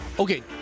Okay